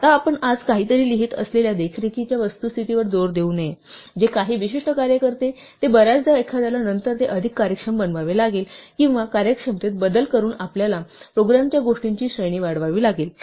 आता आपण आज काहीतरी लिहित असलेल्या देखरेखीच्या वस्तुस्थितीवर जोर देऊ नये जे काही विशिष्ट कार्य करते जे बर्याचदा एखाद्याला नंतर ते अधिक कार्यक्षम बनवावे लागेल किंवा कार्यक्षमतेत बदल करून आपल्या प्रोग्रामच्या गोष्टींची श्रेणी वाढवावी लागेल